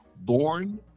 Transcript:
born